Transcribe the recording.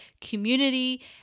community